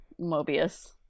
Mobius